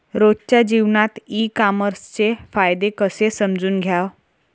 रोजच्या जीवनात ई कामर्सचे फायदे कसे समजून घ्याव?